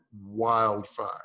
wildfire